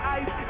ice